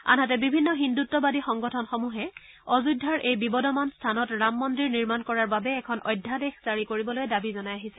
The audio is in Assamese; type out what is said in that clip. আনহাতে বিভিন্ন হিন্দুত্ববাদী সংগঠনসমূহে অযোধ্যাৰ এই বিবদমান স্থানত ৰাম মন্দিৰ নিৰ্মাণ কৰাৰ বাবে এখন অধ্যাদেশ জাৰি কৰিবলৈ দাবী জনাই আছে